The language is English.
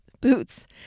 boots